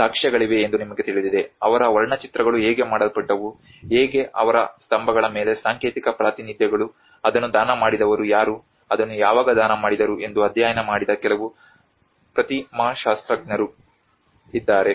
ಸಾಕ್ಷ್ಯಗಳಿವೆ ಎಂದು ನಿಮಗೆ ತಿಳಿದಿದೆ ಅವರ ವರ್ಣಚಿತ್ರಗಳು ಹೇಗೆ ಮಾಡಲ್ಪಟ್ಟವು ಹೇಗೆ ಅವರ ಸ್ತಂಭಗಳ ಮೇಲೆ ಸಾಂಕೇತಿಕ ಪ್ರಾತಿನಿಧ್ಯಗಳು ಅದನ್ನು ದಾನ ಮಾಡಿದವರು ಯಾರು ಅದನ್ನು ಯಾವಾಗ ದಾನ ಮಾಡಿದರು ಎಂದು ಅಧ್ಯಯನ ಮಾಡಿದ ಕೆಲವು ಪ್ರತಿಮಾಶಾಸ್ತ್ರಜ್ಞರು ಇದ್ದಾರೆ